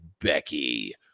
Becky